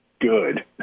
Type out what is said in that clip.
good